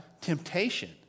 temptation